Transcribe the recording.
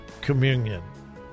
Communion